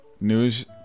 news